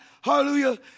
hallelujah